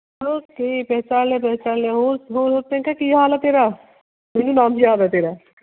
okay ਪਹਿਚਾਣ ਲਿਆ ਪਹਿਚਾਣ ਲਿਆ ਹੋਰ ਹੋਰ ਪ੍ਰਿਯੰਕਾ ਕੀ ਹਾਲ ਹੈ ਤੇਰਾ ਮੈਨੂੰ ਨਾਮ ਯਾਦ ਹੈ ਤੇਰਾ